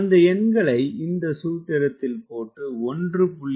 அந்த எண்களை இந்த சூத்திரத்தில் போட்டு 1